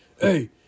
Hey